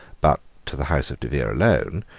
but to the house of de vere alone,